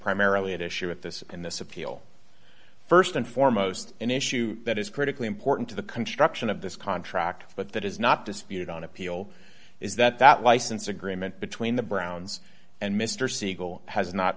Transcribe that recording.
primarily at issue with this in this appeal st and foremost an issue that is critically important to the construction of this contract but that is not disputed on appeal is that that license agreement between the browns and mr siegel has not